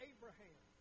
Abraham